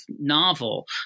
novel